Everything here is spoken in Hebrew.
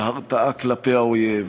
בהרתעה כלפי האויב,